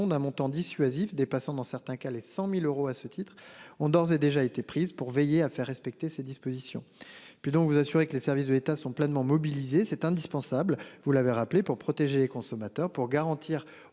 d'un montant dissuasif dépassant dans certains cas les 100.000 euros. À ce titre, ont d'ores et déjà été prises pour veiller à faire respecter ces dispositions. Puis donc vous assurer que les services de l'État sont pleinement mobilisées, c'est indispensable. Vous l'avez rappelé, pour protéger les consommateurs, pour garantir aux